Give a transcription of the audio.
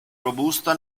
robusto